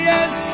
Yes